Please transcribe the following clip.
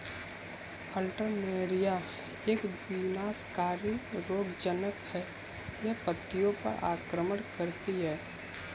Alternaria एक विनाशकारी रोगज़नक़ है, यह पत्तियों पर आक्रमण करती है